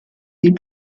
des